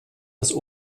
das